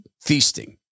feasting